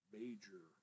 major